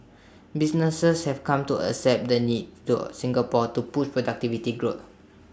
businesses have come to accept the need to Singapore to push productivity growth